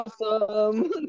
awesome